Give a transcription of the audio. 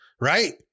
Right